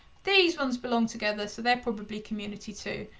these ones belong together, so they're probably community two.